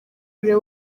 urebe